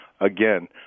again